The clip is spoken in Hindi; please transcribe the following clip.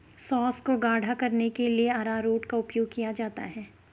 सॉस को गाढ़ा करने के लिए अरारोट का उपयोग किया जाता है